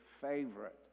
favorite